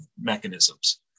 mechanisms